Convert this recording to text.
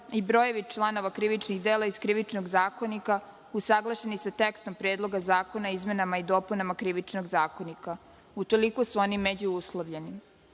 i brojevi članova krivičnih dela iz Krivičnog zakonika usaglašeni sa tekstom Predlog zakona o izmenama i dopunama Krivičnog zakonika. Utoliko su oni međuuslovljeni. Vidno